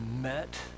met